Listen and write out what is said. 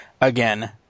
Again